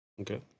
Okay